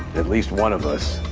at least one of us.